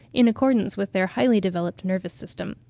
in accordance with their highly-developed nervous system.